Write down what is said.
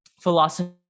philosophy